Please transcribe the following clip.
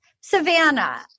Savannah